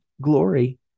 glory